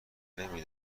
نمی